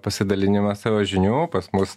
pasidalinimą savo žinių pas mus